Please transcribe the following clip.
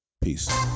Peace